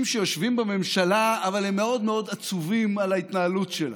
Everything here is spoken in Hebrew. שיושבים בממשלה אבל הם מאוד מאוד עצובים על ההתנהלות שלה.